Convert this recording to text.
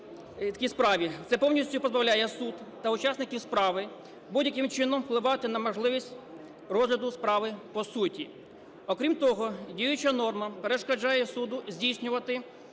Це повністю позбавляє суд та учасників справи будь-яким чином впливати на можливість розгляду справи по суті. Окрім того, діюча норма перешкоджає суду здійснювати